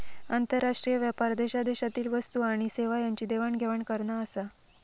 आंतरराष्ट्रीय व्यापार देशादेशातील वस्तू आणि सेवा यांची देवाण घेवाण करना आसा